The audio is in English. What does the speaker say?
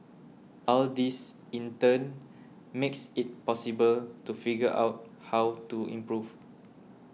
all this in turn makes it possible to figure out how to improve